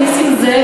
חבר הכנסת נסים זאב,